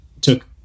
took